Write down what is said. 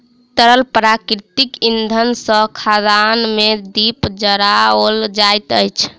तरल प्राकृतिक इंधन सॅ खदान मे दीप जराओल जाइत अछि